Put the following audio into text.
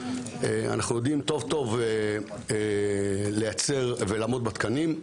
אנו יודעים טוב-טוב לייצר ולעמוד בתקנים,